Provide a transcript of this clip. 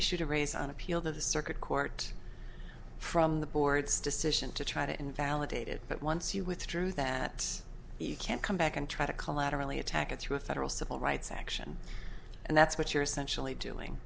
issue to raise on appeal to the circuit court from the board's decision to try to invalidate it but once you withdrew that you can't come back and try to collaterally attack it through a federal civil rights action and that's what you're essentially doing